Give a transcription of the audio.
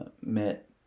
met